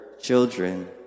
children